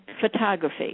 photography